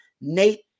Nate